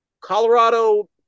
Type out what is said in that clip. Colorado